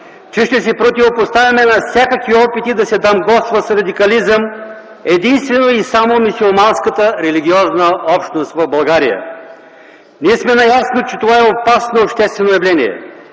че ще се противопоставяме на всякакви опити да се дамгосва с радикализъм единствено и само мюсюлманската религиозна общност в България. Ние сме наясно, че това е опасно обществено явление,